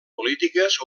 polítiques